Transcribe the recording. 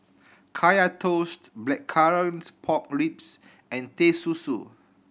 Kaya Toast blackcurrants pork ribs and Teh Susu